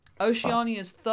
Oceania's